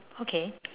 okay